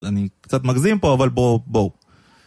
אני קצת מגזים פה אבל, בוא... בואו